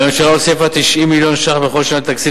הממשלה הוסיפה 90 מיליון ש"ח לכל שנת תקציב